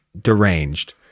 deranged